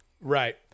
Right